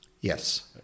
Yes